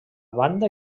banda